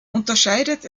unterscheidet